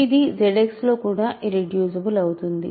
ఇది ZX లో కూడా ఇర్రెడ్యూసిబుల్ అవుతుంది